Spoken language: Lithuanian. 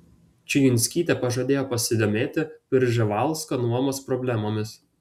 čijunskytė pažadėjo pasidomėti prževalsko nuomos problemomis